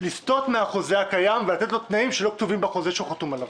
לסטות מהחוזה הקיים ולתת לו תנאים שלא כתובים בחוזה שהוא חתום עליו.